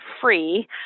free